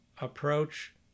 approach